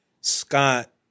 Scott